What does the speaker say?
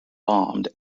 bombed